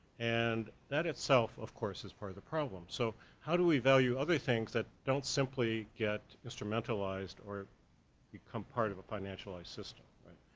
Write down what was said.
and that itself, of course, is part of the problem. so how do we value other things that don't simply get instrumentalized or become part of a financialized system, right?